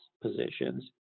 positions